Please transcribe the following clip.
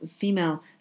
female